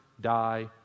die